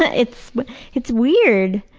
ah it's it's weird,